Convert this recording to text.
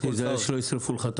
תיזהר שלא ישרפו לך את